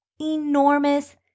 enormous